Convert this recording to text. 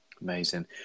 Amazing